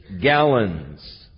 gallons